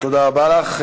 תודה רבה לך.